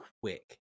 quick